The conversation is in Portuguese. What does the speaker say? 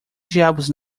diabos